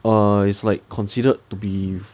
uh it's like considered to be